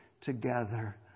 together